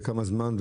וכמה זמן,